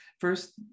first